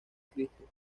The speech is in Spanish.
cristo